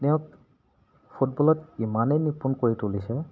তেওঁক ফুটবলত ইমানেই নিপুণ কৰি তুলিছে